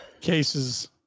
cases